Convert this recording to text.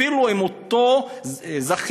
אפילו אם אותו זכיין,